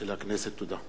תודה.